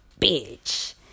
bitch